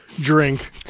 drink